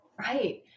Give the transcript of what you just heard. Right